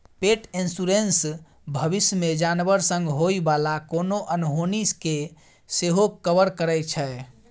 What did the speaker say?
पेट इन्स्योरेन्स भबिस मे जानबर संग होइ बला कोनो अनहोनी केँ सेहो कवर करै छै